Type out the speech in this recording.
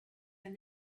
when